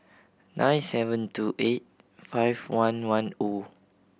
nine seven two eight five one one O